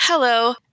Hello